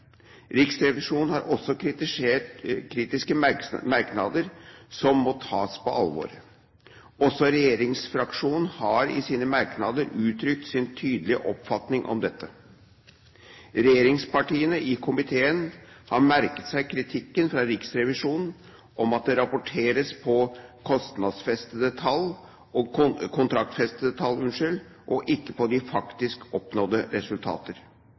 Riksrevisjonen har også kritiske merknader som må tas på alvor. Også regjeringsfraksjonen har i sine merknader uttrykt sin tydelige oppfatning om dette. Regjeringspartiene i komiteen har merket seg kritikken fra Riksrevisjonen om at det rapporteres på kontraktsfestede tall og ikke på de faktisk oppnådde resultater.